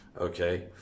Okay